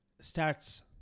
starts